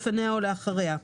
לפניה או לאחריה.